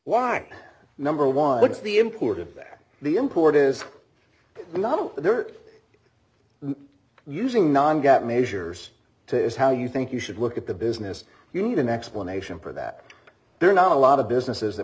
why number one what's the important that the import is not there using nonghet measures to is how you think you should look at the business you need an explanation for that they're not alot of businesses that